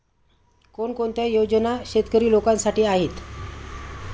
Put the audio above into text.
कोणकोणत्या योजना शेतकरी लोकांसाठी आहेत?